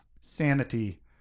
sanity